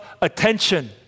Attention